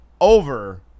over